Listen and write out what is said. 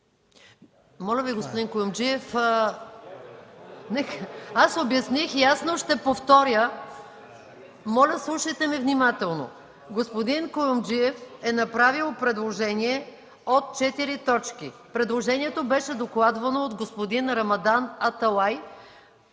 Моля Ви, господин Куюмджиев, обясних ясно и ще повторя. Моля, слушайте ме внимателно! Господин Куюмджиев е направил предложение от четири точки. Предложението беше докладвано от господин Рамадан Аталай.